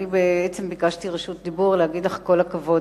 אני בעצם ביקשתי רשות דיבור כדי להגיד לך: כל הכבוד.